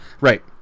Right